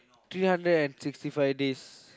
three hundred and sixty five days